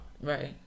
Right